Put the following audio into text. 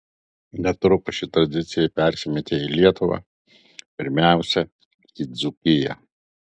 netrukus ši tradicija persimetė į lietuvą pirmiausia į dzūkiją